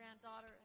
granddaughter